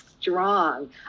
strong